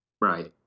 Right